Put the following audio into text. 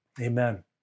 amen